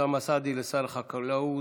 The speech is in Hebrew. אוסאמה סעדי לשר החקלאות